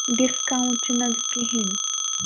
discount چھُنہٕ حظ کِہیٖنٛۍ